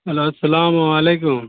hello السلام علیکم